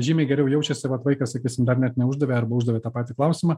žymiai geriau jaučiasi vat vaikas sakysim dar net neuždavė arba uždavė tą patį klausimą